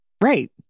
Right